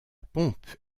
pompe